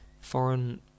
foreign